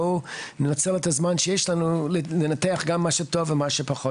בואו ננתח גם מה שטוב ומה שפחות